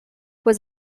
was